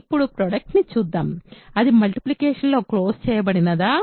ఇప్పుడు ప్రోడక్ట్ ని చూద్దాం అది మల్టీప్లికేషన్ లో క్లోజ్ చేయబడినదా